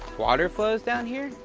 water flows down here?